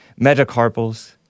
Metacarpals